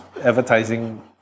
advertising